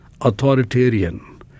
authoritarian